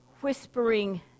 whispering